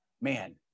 man